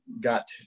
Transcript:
got